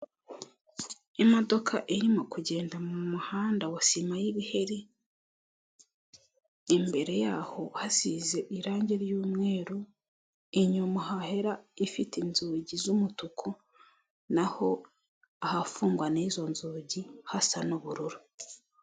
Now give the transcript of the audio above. Imodoka iririmo kugenda mu muhanda wa sima y'ibiheri, imbere yahohasize irangi ry'umweru, inyuma hahera ifite inzugi z'umutuku, naho ahafungwa n' izo nzugi hasa n'ubururu.